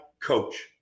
coach